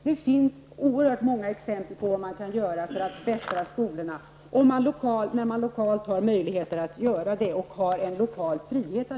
Det finns oerhört många exempel på vad man kan göra för att förbättra skolorna när man lokalt har möjligheter att göra det och har en lokal frihet.